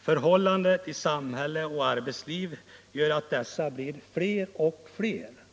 Förhållandena i samhället och arbetslivet gör att dessa blir fler och fler.